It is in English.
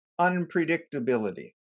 unpredictability